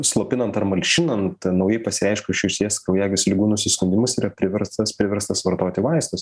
slopinant ar malšinant naujai pasireiškus širdies kraujagyslių ligų nusiskundimus yra priverstas priverstas vartoti vaistus